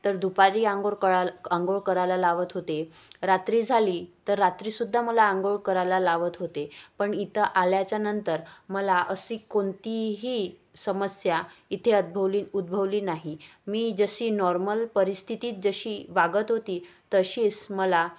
तर दुपारी आंंघोळ कळाल आंघोळ करायला लावत होते रात्री झाली तर रात्रीसुद्धा मला आंंघोळ करायला लावत होते पण इथं आल्याच्या नंतर मला अशी कोणतीही समस्या इथे उद्भवली उद्भवली नाही मी जशी नॉर्मल परिस्थितीत जशी वागत होती तशीच मला